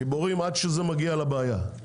הם גיבורים עד שזה מגיע לבעיה.